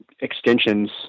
extensions